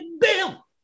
Bill